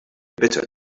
bitter